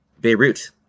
Beirut